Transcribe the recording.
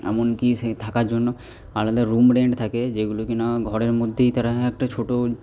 এমনকি সেই থাকার জন্য আলাদা রুম রেন্ট থাকে যেগুলো কিনা ঘরের মধ্যেই তারা একটা ছোট